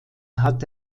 hat